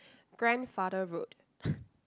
grandfather road